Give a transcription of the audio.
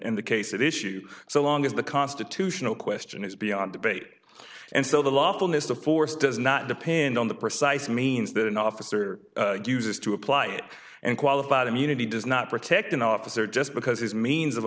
in the case of issues so long as the constitutional question is beyond debate and so the lawfulness of force does not depend on the precise means that an officer uses to apply it and qualified immunity does not protect an officer just because he's means of